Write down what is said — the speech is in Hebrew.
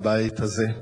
בבית הזה.